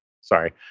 sorry